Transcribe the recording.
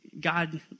God